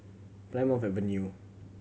Plymouth Avenue